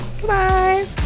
goodbye